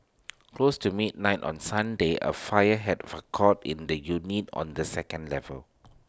close to midnight on Sunday A fire had core in the unit on the second level